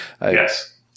yes